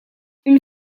une